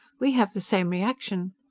we have the same reaction!